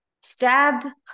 stabbed